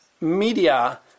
media